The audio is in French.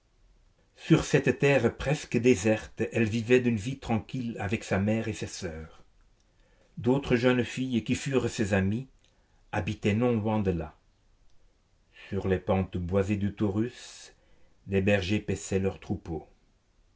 sur cette terre presque déserte elle vivait d'une vie tranquille avec sa mère et ses soeurs d'autres jeunes filles qui furent ses amies habitaient non loin de là sur les pentes boisées du taurus des bergers paissaient leurs troupeaux